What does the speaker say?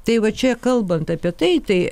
tai va čia kalbant apie tai tai